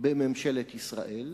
בממשלת ישראל,